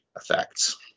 effects